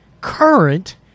current